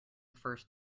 first